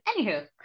anywho